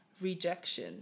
rejection